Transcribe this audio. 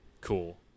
cool